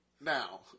Now